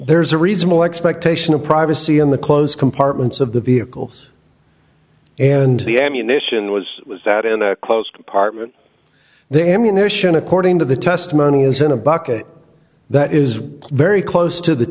there's a reasonable expectation of privacy in the close compartments of the vehicles and the ammunition was was that in a closed apartment there ammunition according to the testimony is in a bucket that is very close to the